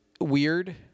weird